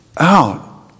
out